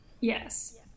Yes